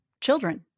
children